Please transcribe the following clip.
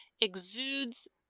exudes